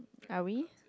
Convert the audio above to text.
are we